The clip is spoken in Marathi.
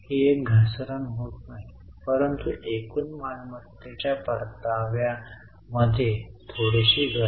तर हे एक सकारात्मक चिन्ह आहे परंतु कंपनी वाढवावी लागेल